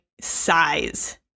size